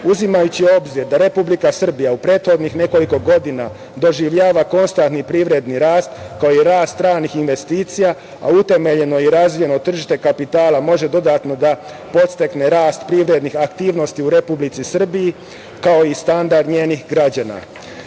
u obzir da Republika Srbija u prethodnih nekoliko godina doživljava konstantni privredni rast, kao i rast stranih investicija, a utemeljeno i razvijeno tržište kapitala može dodatno da podstakne rast privrednih aktivnosti u Republici Srbiji, kao i standard njenih građana. Značaj